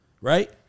Right